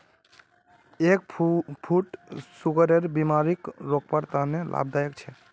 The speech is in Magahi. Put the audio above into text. एग फ्रूट सुगरेर बिमारीक रोकवार तने लाभदायक छे